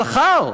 שכר,